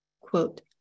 quote